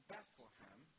Bethlehem